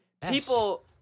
people